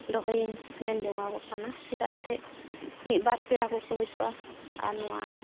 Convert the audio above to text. ᱫᱚᱦᱚᱭᱤᱧ ᱢᱮᱱ ᱡᱚᱱᱚᱜ ᱠᱟᱱᱟ ᱪᱮᱫᱟᱜ ᱮᱱᱛᱮᱜ ᱢᱤᱫ ᱵᱟᱨ ᱯᱮᱲᱟ ᱠᱚᱠᱚ ᱦᱤᱡᱩᱜᱼᱟ ᱟᱨ ᱱᱚᱣᱟ